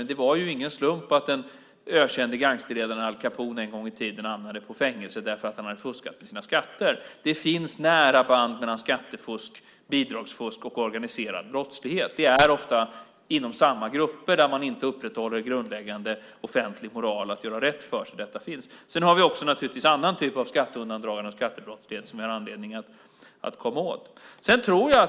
Men det var ingen slump att den ökände gangsterledaren Al Capone en gång i tiden hamnade i fängelse därför att han fuskat med sina skatter. Det finns nära band mellan skattefusk, bidragsfusk och organiserad brottslighet. Det förekommer ofta inom samma grupper. Det är där man inte upprätthåller grundläggande offentlig moral att göra rätt för sig som detta finns. Vi har också en annan typ av skatteundandragande och skattebrottslighet som det finns anledning att komma åt.